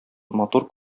матур